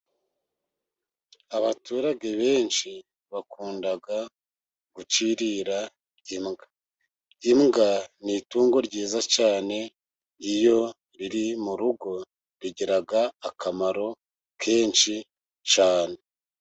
Abaturage benshi bakunda gucirira imbwa. Imbwa ni itungo ryiza cyane, iyo riri mu rugo rigira akamaro kenshi cyane.